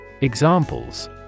Examples